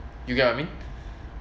you get what I mean